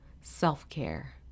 self-care